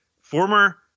former